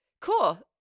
cool